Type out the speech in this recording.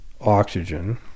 oxygen